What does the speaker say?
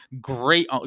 great